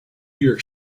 york